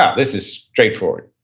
ah this is straightforward.